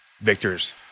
Victor's